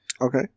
Okay